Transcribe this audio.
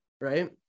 right